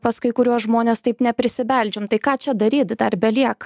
pas kai kuriuos žmones taip neprisibeldžiam tai ką čia daryt dar belieka